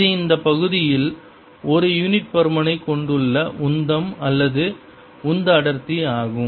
இது இந்த பகுதியில் ஒரு யூனிட் பருமனை கொண்டுள்ள உந்தம் அல்லது உந்த அடர்த்தி ஆகும்